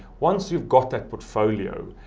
once you've got that portfolio,